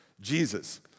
Jesus